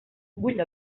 bull